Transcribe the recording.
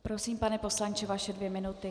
Prosím, pane poslanče, vaše dvě minuty.